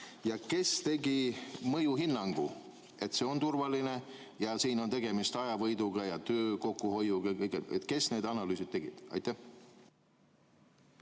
ja kes tegi mõjuhinnangu, et see on turvaline ja siin on tegemist ajavõidu ja töö kokkuhoiuga? Kes need analüüsid tegi? Aitäh,